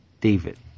David